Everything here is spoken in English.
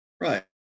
Right